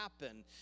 happen